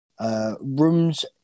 Rooms